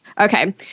Okay